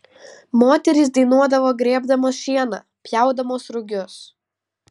moterys dainuodavo grėbdamos šieną pjaudamos rugius